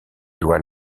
doit